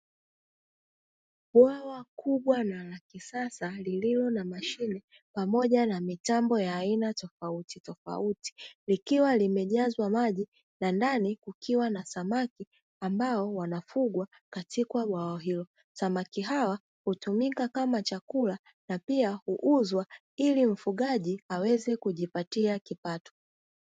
Bwawa kubwa na la kisasa lililo na mashine pamoja na mitambo ya aina tofauti tofauti likiwa limejazwa maji na ndani kukiwa na samaki ambao wanafugwa katika bwawa hilo samaki hawa hutumika kama chakula na pia huuzwa ili mfugaji aweze kujipatia kipato.